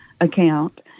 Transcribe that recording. account